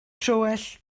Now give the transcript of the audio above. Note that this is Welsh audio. troell